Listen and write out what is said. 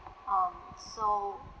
um so